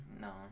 No